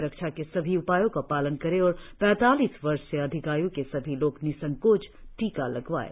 सुरक्षा के सभी उपायों का पालन करें और पैतालीस वर्ष से अधिक आयू के सभी लोग निसंकोच टीका लगवाएं